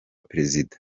perezida